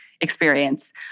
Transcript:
experience